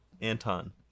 Anton